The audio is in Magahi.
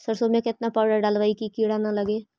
सरसों में केतना पाउडर डालबइ कि किड़ा न लगे?